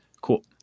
Cool